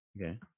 Okay